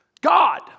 God